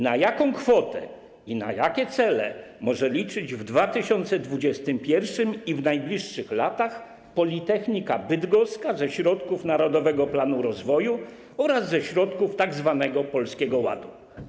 Na jaką kwotę i na jakie cele może liczyć w 2021 r. i w najbliższych latach Politechnika Bydgoska ze środków Narodowego Planu Rozwoju oraz środków tzw. Polskiego Ładu?